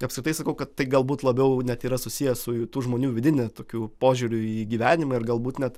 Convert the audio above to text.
apskritai sakau kad tai galbūt labiau net yra susiję su jų tų žmonių vidine tokiu požiūriu į gyvenimą ir galbūt net